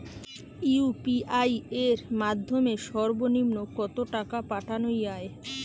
UPI এর মাধ্যমে সর্ব নিম্ন কত টাকা পাঠানো য়ায়?